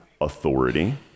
authority